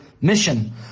mission